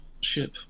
ship